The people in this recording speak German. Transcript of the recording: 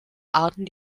arten